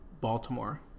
Baltimore